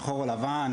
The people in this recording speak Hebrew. שחור או לבן,